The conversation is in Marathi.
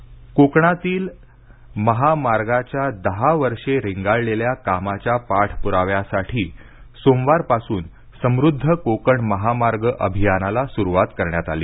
महामार्ग कोकण कोकणातील महामार्गाच्या दहा वर्षे रेंगाळलेल्या कामाच्या पाठपुराव्यासाठी सोमवार पासून समृद्ध कोकण महामार्ग अभियानाला स्रुवात करण्यात आली